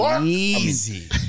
Easy